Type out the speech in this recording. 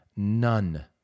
None